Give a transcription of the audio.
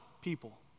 people